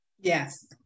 Yes